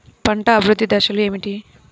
పంట అభివృద్ధి దశలు ఏమిటి?